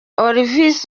olvis